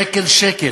שקל-שקל,